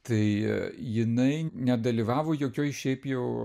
tai jinai nedalyvavo jokioj šiaip jau